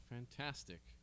Fantastic